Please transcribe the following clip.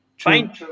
fine